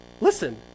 listen